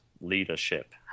leadership